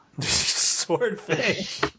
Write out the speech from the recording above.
Swordfish